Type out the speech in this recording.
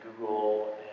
Google